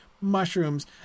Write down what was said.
mushrooms